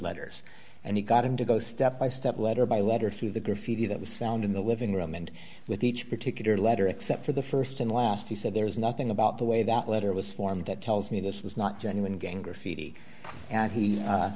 letters and he got him to go step by step letter by letter through the graffiti that was found in the living room and with each particular letter except for the st and last he said there is nothing about the way that letter was formed that tells me this was not genuine gang graffiti and he